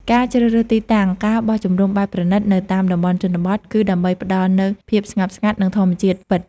ការជ្រើសរើសទីតាំង ការបោះជំរំបែបប្រណីត នៅតាមតំបន់ជនបទ គឺដើម្បីផ្តល់នូវ ភាពស្ងប់ស្ងាត់ និងធម្មជាតិពិត ។